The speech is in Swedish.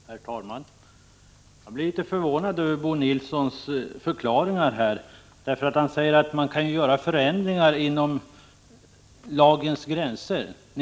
Herr talman! Jag blev litet förvånad över Bo Nilssons förklaringar. Han säger att man kan göra förändringar inom lagens gränser.